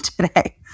today